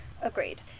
Agreed